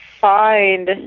find